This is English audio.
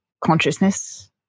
consciousness